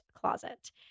closet